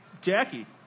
Jackie